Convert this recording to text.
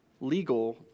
legal